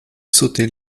sauter